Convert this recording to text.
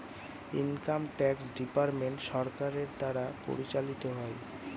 income tax department সরকারের দ্বারা পরিচালিত হয়